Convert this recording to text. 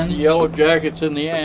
yellow jackets and the yeah